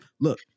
look